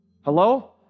hello